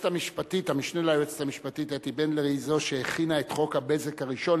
המשנה ליועצת המשפטית אתי בנדלר היא זאת שהכינה את חוק הבזק הראשון,